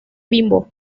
bimbo